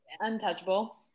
untouchable